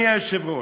גברתי היושבת-ראש,